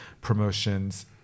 promotions